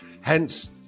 Hence